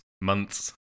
Months